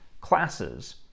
classes